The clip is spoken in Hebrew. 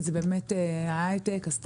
בסוף זה באמת ההייטק והסטארטאפים.